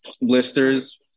blisters